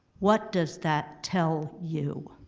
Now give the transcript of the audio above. what does that tell you?